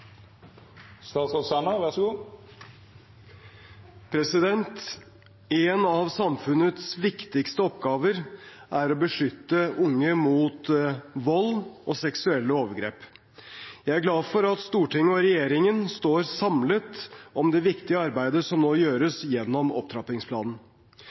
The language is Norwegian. En av samfunnets viktigste oppgaver er å beskytte unge mot vold og seksuelle overgrep. Jeg er glad for at Stortinget og regjeringen står samlet om det viktige arbeidet som nå